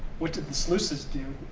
what did the sluices do?